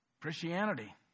Christianity